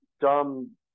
dumb